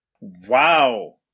Wow